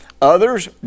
Others